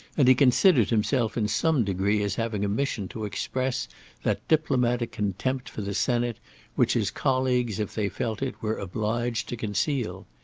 and he considered himself in some degree as having a mission to express that diplomatic contempt for the senate which his colleagues, if they felt it, were obliged to conceal.